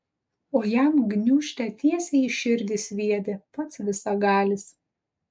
o jam gniūžtę tiesiai į širdį sviedė pats visagalis